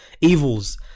Evils